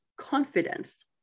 confidence